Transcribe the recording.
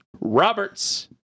Roberts